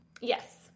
Yes